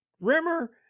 Rimmer